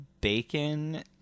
bacon